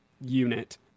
unit